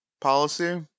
policy